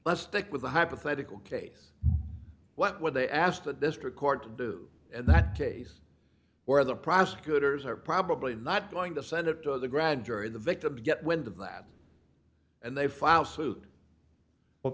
let's stick with the hypothetical case what would they ask the district court to do and that case where the prosecutors are probably not going to send it to the grand jury the victims get wind of that and they file suit well